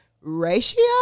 ratio